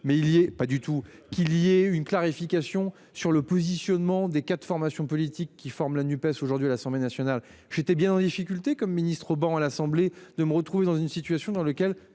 mais il y est pas du tout qu'il lui est une clarification sur le positionnement des 4 formations politiques qui forme la NUPES aujourd'hui à l'Assemblée nationale. J'étais bien en difficulté comme ministre au banc à l'assemblée de me retrouver dans une situation dans lequel